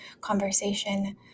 conversation